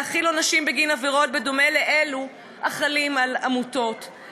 להחיל עונשים בגין עבירות בדומה לאלו החלים על עמותות,